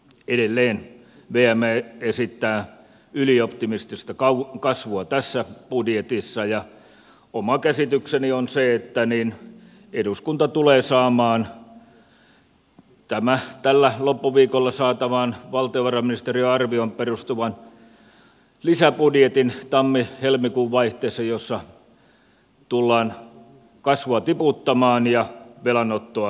edelleen vm esittää ylioptimistista kasvua tässä budjetissa ja oma käsitykseni on se että eduskunta tulee tammihelmikuun vaihteessa saamaan loppuviikolla saatavaan valtiovarainministeriön arvioon perustuvan lisäbudjetin jossa tullaan kasvua tiputtamaan ja velanottoa lisäämään